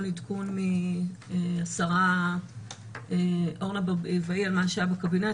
עדכון מהשרה אורנה ברביבאי על מה שהיה בקבינט.